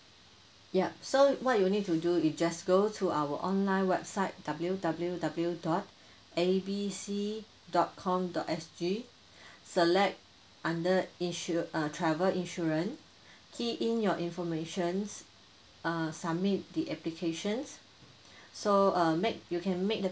yup so what you need to do is just go to our online website W_W_W dot A B C dot com dot S_G select under insu~ uh travel insurance key in your informations err submit the applications so uh make you can make the